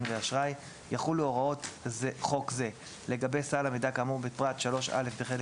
ואשראי יחולו הוראות חוק זה לגבי סל המידע כאמור בפרט 3א בחלק